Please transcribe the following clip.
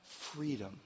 Freedom